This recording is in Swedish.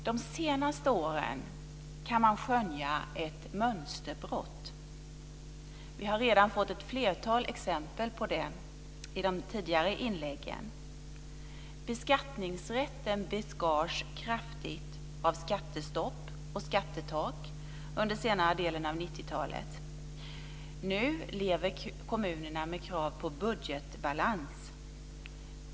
De senaste åren har man kunnat skönja ett mönsterbrott. Vi har redan fått ett flertal exempel på det i de tidigare inläggen. Beskattningsrätten beskars kraftigt av skattestopp och skattetak under senare delen av 90-talet. Nu lever kommunerna med krav på budgetbalans.